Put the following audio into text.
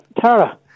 Tara